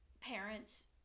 parents